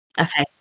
Okay